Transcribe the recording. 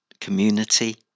community